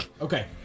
Okay